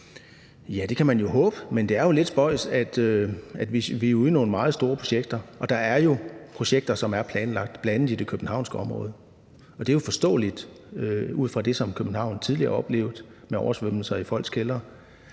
Ja, det kan man jo håbe, men det er jo lidt spøjst, at vi er ude i nogle meget store projekter. Der er jo projekter, der er planlagt bl.a. i det københavnske område, og det er jo forståeligt ud fra det, som København tidligere har oplevet med oversvømmelser i folks kældre.